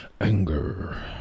anger